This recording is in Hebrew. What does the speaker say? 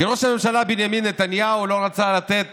כי ראש הממשלה בנימין נתניהו לא רצה לתת